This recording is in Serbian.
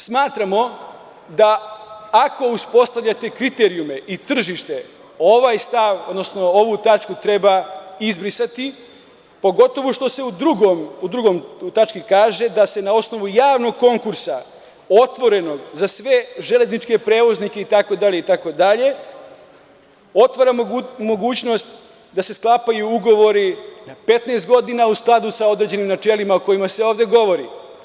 Smatramo da, ako uspostavljate kriterijume i tržište, ovaj stav, odnosno ovu tačku treba izbrisati, pogotovo što se u drugoj tački kaže da se na osnovu javnog konkursa, otvorenog za sve železničke prevoznike, itd, itd, otvara mogućnost da se sklapaju ugovori 15 godina, a u skladu sa načelima o kojima se ovde govori.